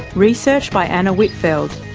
research by anna whitfeld.